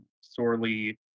sorely